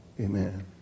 Amen